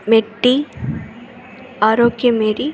Metti Arockiamary